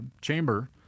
chamber